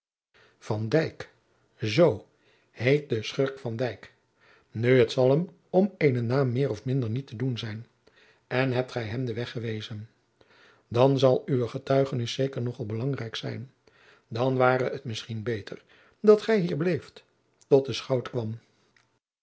zoo heet de schurk van dyk nu het zal hem om eenen naam meer of minder niet te doen zijn en hebt gij hem den weg gewezen dan zal uwe getuigenis zeker nog al belangrijk zijn dan ware het misschien beter dat gij hier bleeft tot de schout kwam